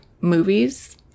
movies